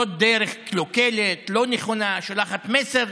זו דרך קלוקלת, לא נכונה, שולחת מסר